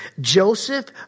Joseph